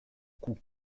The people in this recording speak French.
coups